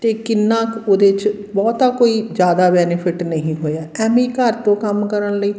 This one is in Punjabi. ਅਤੇ ਕਿੰਨਾ ਕੁ ਉਹਦੇ 'ਚ ਬਹੁਤਾ ਕੋਈ ਜ਼ਿਆਦਾ ਬੈਨੀਫਿਟ ਨਹੀਂ ਹੋਇਆ ਐਵੇਂ ਘਰ ਤੋਂ ਕੰਮ ਕਰਨ ਲਈ